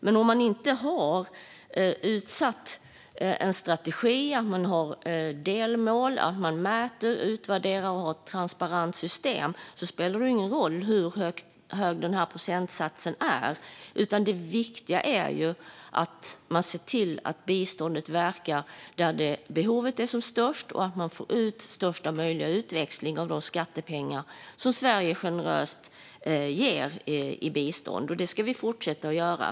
Men om man inte har en strategi med delmål, mäter, utvärderar och har ett transparent system spelar det ingen roll hur hög procentsatsen är. Det viktiga är ju att man ser till att biståndet verkar där behovet är som störst och att man får största möjliga utväxling av de skattepengar som Sverige generöst ger i bistånd, vilket vi ska fortsätta att göra.